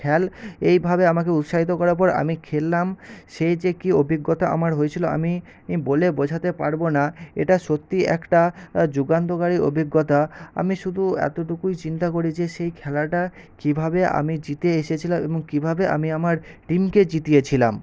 খেল এইভাবে আমাকে উৎসাহিত করার পর আমি খেললাম সেই যে কী অভিজ্ঞতা আমার হয়েছিল আমি ই বলে বোঝাতে পারব না এটা সত্যি একটা যুগান্তকারী অভিজ্ঞতা আমি শুধু এতটুকুই চিন্তা করি যে সেই খেলাটা কীভাবে আমি জিতে এসেছিলাম এবং কীভাবে আমি আমার টিমকে জিতিয়ে ছিলাম